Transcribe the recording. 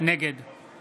נגד